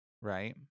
right